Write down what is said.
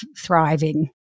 thriving